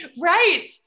Right